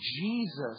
Jesus